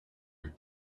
your